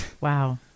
Wow